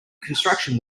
constructions